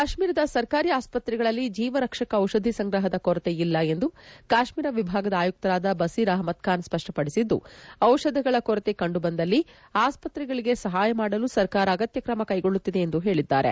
ಕಾಶ್ಮೀರದ ಸರ್ಕಾರಿ ಆಸ್ತ್ರೆಗಳಲ್ಲಿ ಜೀವರಕ್ಷಕ ಜಿಷಧಿ ಸಂಗ್ರಹದ ಕೊರತೆಯಿಲ್ಲ ಎಂದು ಕಾಶ್ಮೀರ ವಿಭಾಗದ ಆಯುಕ್ತರಾದ ಬಸೀರ್ ಅಹ್ಮದ್ಖಾನ್ ಸ್ವಷ್ಟಪಡಿಸಿದ್ದು ಡಿಷಧಗಳ ಕೊರತೆ ಕಂಡುಬಂದಲ್ಲಿ ಆಸ್ತತ್ರೆಗಳಿಗೆ ಸಹಾಯ ಮಾಡಲು ಸರ್ಕಾರ ಅಗತ್ಯ ಕ್ರಮ ಕೈಗೊಳ್ಳುತ್ತಿದೆ ಎಂದು ಹೇಳಿದ್ದಾರೆ